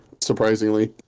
surprisingly